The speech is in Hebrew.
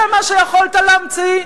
זה מה שיכולת להמציא?